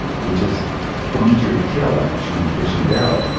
which is easier to kill, like shooting fish in a barrel.